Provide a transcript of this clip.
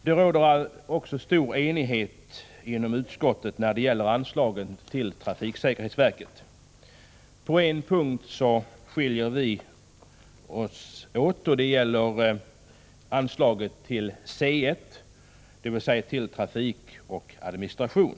Det råder stor enighet inom utskottet beträffande anslagen till trafiksäkerhetsverket, men på en punkt skiljer vi oss åt. Det gäller anslaget under punkt C 1, Trafiksäkerhetsverket: Trafik och administration.